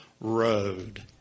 road